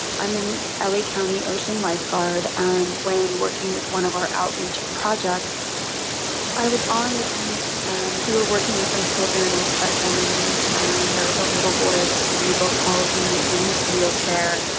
i am an la ah like county ocean lifeguard, and when working with one of our outreach projects i was on the beach and we were working with some children with special needs and there was a little boy with cerebral palsy in his wheelchair,